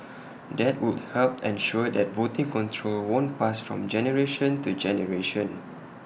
that would help ensure that voting control won't pass from generation to generation